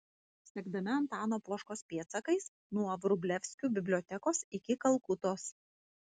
sekdami antano poškos pėdsakais nuo vrublevskių bibliotekos iki kalkutos